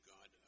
God